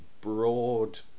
broad